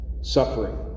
suffering